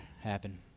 happen